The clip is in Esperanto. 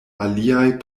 aliaj